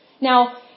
Now